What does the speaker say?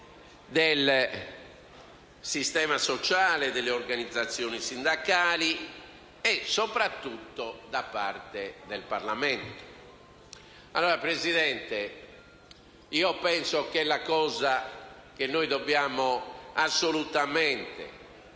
del sistema sociale, delle organizzazioni sindacali e soprattutto da parte del Parlamento. Signor Presidente, penso che quello che dobbiamo assolutamente